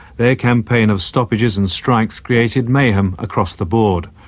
their campaign of stoppages and strikes created mayhem across the board.